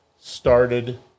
started